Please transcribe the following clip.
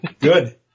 Good